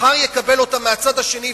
מחר יקבל אותם מהצד השני,